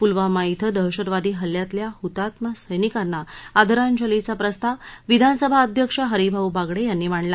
पुलवामा इथं दहशतवादी हल्ल्यातल्या हुतात्मा सैनिकांना आदरांजलीचा प्रस्ताव विधानसभा अध्यक्ष हरिभाऊ बागडे यांनी मांडला